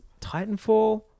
Titanfall